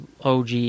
OG